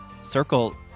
circle